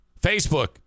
Facebook